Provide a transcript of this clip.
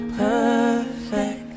perfect